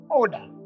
order